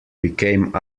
became